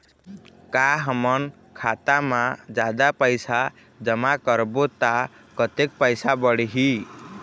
का हमन खाता मा जादा पैसा जमा करबो ता कतेक पैसा बढ़ही?